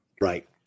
Right